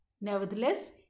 Nevertheless